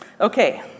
Okay